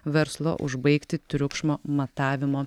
verslo užbaigti triukšmo matavimo